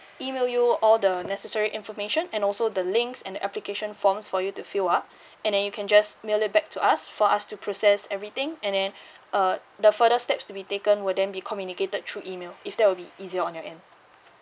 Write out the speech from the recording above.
email you all the necessary information and also the links and application forms for you to fill up and then you can just mail it back to us for us to process everything and then uh the further steps to be taken will then be communicated through email if that will be easier on your end